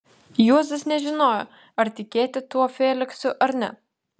juozas nežinojo ar tikėti tuo feliksu ar ne